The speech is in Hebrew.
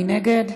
מי נגד?